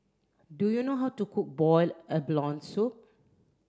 do you know how to cook boiled abalone soup